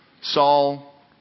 Saul